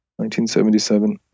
1977